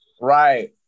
Right